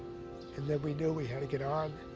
and then we knew we had to get on